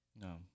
No